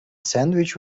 sandwich